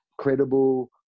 credible